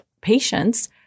patients